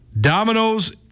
Dominoes